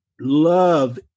love